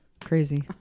crazy